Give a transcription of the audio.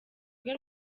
rwe